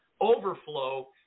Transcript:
overflow